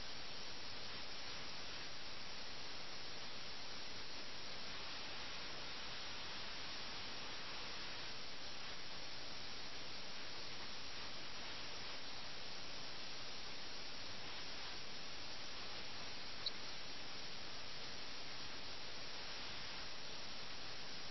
അതിനാൽ ഈ രംഗം ചില അർത്ഥത്തിൽ വളരെ രസകരമാണ് കാരണം ഇത് ഒരു കാപട്യമാണ് പ്രയോഗിച്ച കാപട്യമാണ് ഓരോ കളിക്കാരന്റെയും ചെസ്സ് കളി പുരോഗമിക്കുന്ന രീതിയിൽ നിന്ന് ഇനി എന്താണ് സംഭവിക്കാൻ പോകുന്നതെന്ന് നമുക്കറിയാം